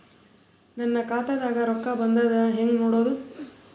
ನನ್ನ ಖಾತಾದಾಗ ರೊಕ್ಕ ಬಂದಿದ್ದ ಹೆಂಗ್ ನೋಡದು?